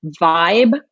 vibe